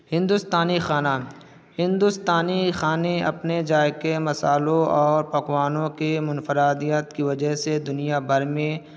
ہندوستانی کھانا ہندوستانی کھانے اپنے ذائقے مسالوں اور پکوانوں کی منفرادیت کی وجہ سے دنیا بھر میں